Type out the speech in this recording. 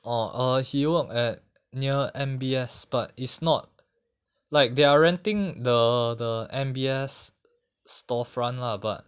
orh err he work at near M_B_S but is not like they are renting the the M_B_S storefront lah but